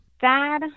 dad